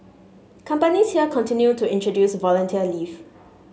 companies here continue to introduce volunteer leave